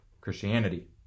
Christianity